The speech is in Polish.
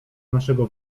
naszego